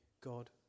God